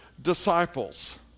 disciples